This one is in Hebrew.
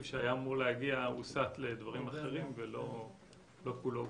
שהיה אמור להגיע הוסת לדברים אחרים ולא כולו בוצע.